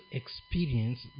experience